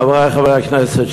חברי חברי הכנסת,